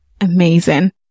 Amazing